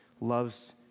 loves